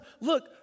look